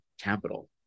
capital